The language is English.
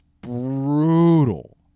brutal